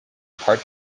part